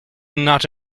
not